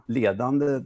ledande